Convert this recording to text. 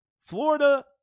Florida